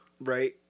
Right